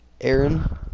Aaron